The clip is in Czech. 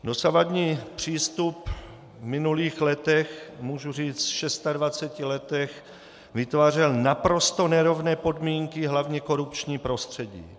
Dosavadní přístup v minulých letech, můžu říct v 26 letech, vytvářel naprosto nerovné podmínky, hlavně korupční prostředí.